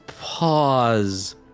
pause